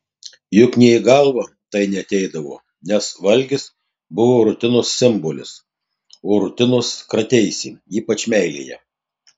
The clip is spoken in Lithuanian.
juk nė į galvą tai neateidavo nes valgis buvo rutinos simbolis o rutinos krateisi ypač meilėje